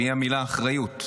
והיא המילה "אחריות".